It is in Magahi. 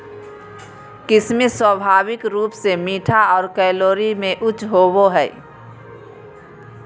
किशमिश स्वाभाविक रूप से मीठा आर कैलोरी में उच्च होवो हय